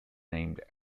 named